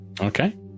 Okay